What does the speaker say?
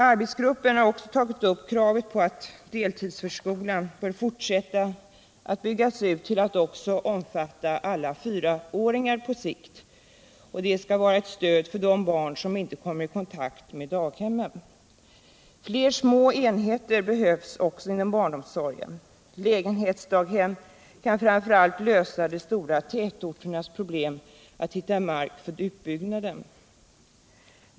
Arbetsgruppen har också tagit upp kravet på att deltidsförskolan bör fortsätta att utbyggas till att på sikt också omfatta alla fyraåringar. Det skall vara ett stöd för de barn som inte kommer i kontakt med daghemmen. Fler små enheter behövs också inom barnomsorgen. Lägenhetsdaghem kan framför allt lösa de stora tätorternas problem att hitta mark för utbyggnaden.